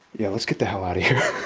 yeah? let's get the hell out of here